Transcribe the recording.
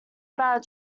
about